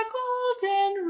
golden